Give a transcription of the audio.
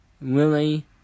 Willie